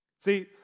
See